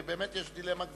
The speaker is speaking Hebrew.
ובאמת יש דילמה גדולה.